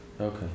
Okay